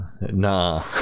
Nah